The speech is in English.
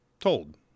told